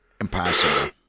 Impossible